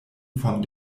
von